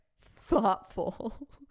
thoughtful